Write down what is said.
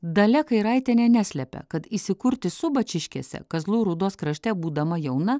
dalia kairaitienė neslepia kad įsikurti subačiškėse kazlų rūdos krašte būdama jauna